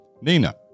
Nina